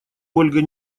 ольга